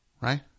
Right